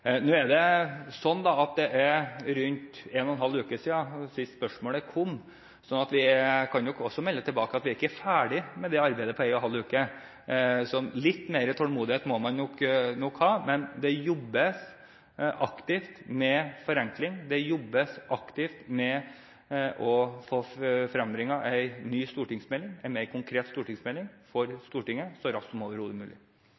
Nå er det rundt en og en halv uke siden spørsmålet kom, så vi kan nok også melde tilbake at vi er ikke ferdige med det arbeidet på en og en halv uke. Litt mer tålmodighet må man nok ha. Men det jobbes aktivt med forenkling, det jobbes aktivt med å frembringe en ny, mer konkret melding for Stortinget så raskt som overhodet mulig.